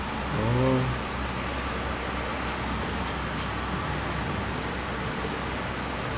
then like my intern just normal lah just pergi kerja like some of the days like I I stay at home like I work from home